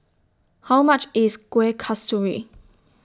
How much IS Kuih Kasturi